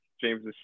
James